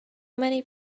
many